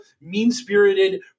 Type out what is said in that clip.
mean-spirited